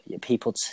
people